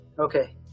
okay